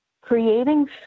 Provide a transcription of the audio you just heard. creating